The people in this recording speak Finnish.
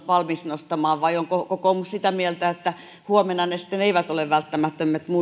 valmis nostamaan vai onko kokoomus sitä mieltä että huomenna ne sitten eivät ole välttämättömiä